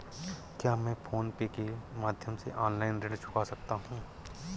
क्या मैं PhonePe के माध्यम से ऑनलाइन ऋण चुका सकता हूँ?